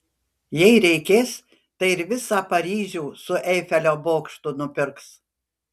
jei reikės tai ir visą paryžių su eifelio bokštu nupirks